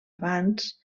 abans